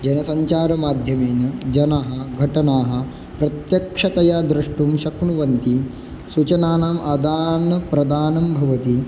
जनसञ्चारमाध्यमेन जनाः घटनां प्रत्यक्षतया द्रष्टुं शक्नुवन्ति सूचनानाम् आदानं प्रदानं भवति